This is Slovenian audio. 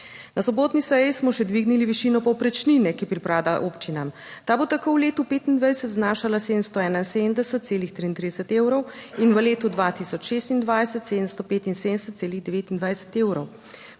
Na sobotni seji smo še dvignili višino povprečnine, ki pripada občinam. Ta bo tako v letu 2025 znašala 771,33 evrov in v letu 2026 775,29 evrov.